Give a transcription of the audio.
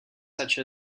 such